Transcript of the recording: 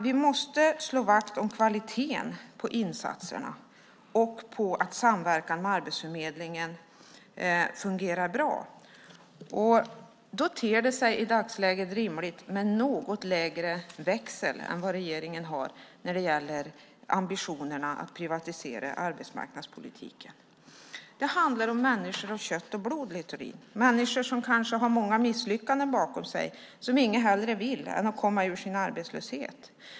Vi måste slå vakt om kvaliteten på insatserna och på att samverkan med Arbetsförmedlingen fungerar bra. Då ter det sig i dagsläget rimligt med en något lägre växel än regeringen har när det gäller ambitionerna att privatisera arbetsmarknadspolitiken. Det handlar om människor av kött och blod, Littorin, människor som kanske har många misslyckanden bakom sig och som inget hellre vill än att komma ur sin arbetslöshet.